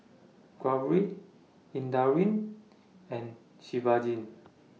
Gauri Indranee and Shivaji